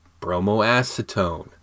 bromoacetone